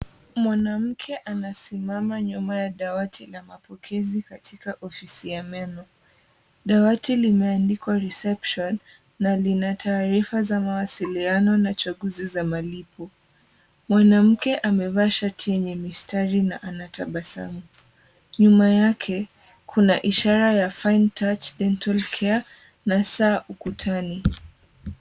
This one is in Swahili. Mwanamke anasimama nyuma ya dawati la mapokezi katika ofisi ya meno. Dawati limeandikwa reception na lina taarifa ya mawasiliano na chaguzi za malipo. Mwanamke amevaa shati yenye mistari na anatabasamu. Nyuma yake kuna ishara ya fine touch dental care na saa ukutani.